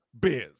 biz